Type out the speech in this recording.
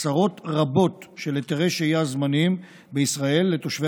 עשרות רבות של היתרי שהייה זמנים בישראל לתושבי